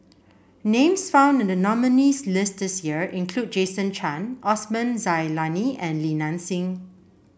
names found in the nominees' list this year include Jason Chan Osman Zailani and Li Nanxing